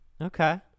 Okay